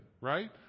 right